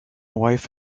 wife